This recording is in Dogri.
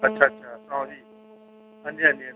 अच्छा अच्छा हां जी हां जी हां जी